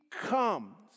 comes